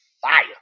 fire